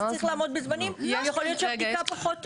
כי אז צריך לעמוד בזמנים ואז יכול להיות שהבדיקה פחות טובה.